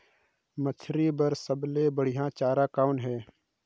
मछरी बर सबले बढ़िया चारा कौन हे?